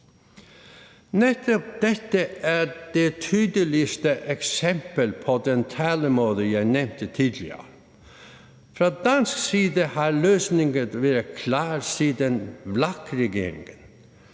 Netop dette er det tydeligste eksempel på den talemåde, jeg nævnte tidligere. Fra dansk side har løsningen været klar siden VLAK-regeringen,